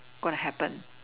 gonna happen